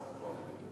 פה.